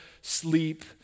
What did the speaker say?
sleep